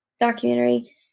documentary